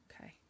Okay